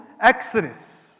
exodus